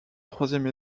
troisième